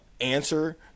answer